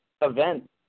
event